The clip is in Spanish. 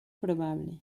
probable